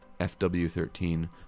fw13